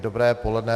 Dobré poledne.